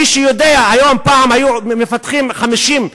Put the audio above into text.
מי שיודע, היום, פעם היו מפתחים 50,